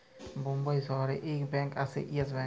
বোম্বাই শহরে ইক ব্যাঙ্ক আসে ইয়েস ব্যাঙ্ক